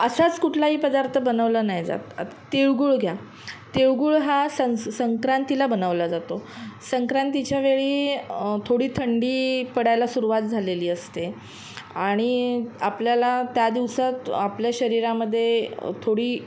असाच कुठलाही पदार्थ बनवलं नाही जात तिळगुळ घ्या तिळगुळ हा सं संक्रांतीला बनवला जातो संक्रांतीच्या वेळी थोडी थंडी पडायला सुरवात झालेली असते आणि आपल्याला त्या दिवसात आपल्या शरीरामध्ये थोडी